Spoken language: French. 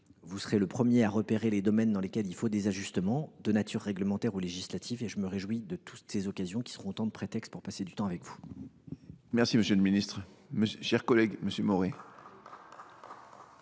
vous serez le premier à repérer les domaines dans lesquels il faut des ajustements d’ordre réglementaire ou législatif. Je me réjouis de toutes ces occasions qui seront autant de prétextes pour passer du temps avec vous. Bravo ! La parole est à M. Hervé Maurey, pour la